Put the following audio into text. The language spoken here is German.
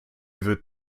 wird